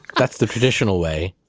that's the traditional way